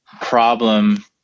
problem